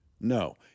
No